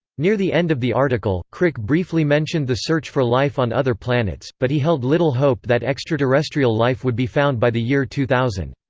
near the end of the article, crick briefly mentioned the search for life on other planets, but he held little hope that extraterrestrial life would be found by the year two thousand.